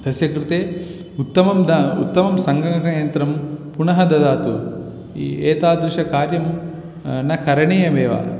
तस्य कृते उत्तमं दद उत्तमं सङ्गणकयन्त्रं पुनः ददातु एतादृशं कार्यं न करणीयमेव